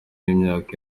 y’imyaka